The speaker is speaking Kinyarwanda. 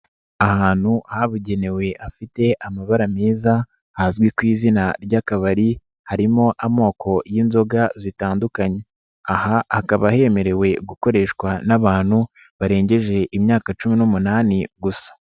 Ahantu habugenewefite amabara meza hazwi ku izina ry'akabari harimo amoko y'inzoga zitandukanye, aha akaba hemerewe gukoreshwa n'abantu barengeje imyaka cumi n'umunani gusa.